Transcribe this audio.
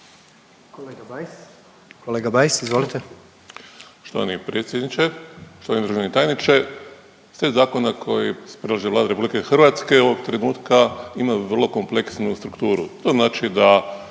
kolega Grbin, izvolite.